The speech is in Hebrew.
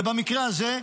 ובמקרה הזה,